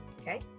Okay